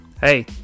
hey